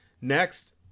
Next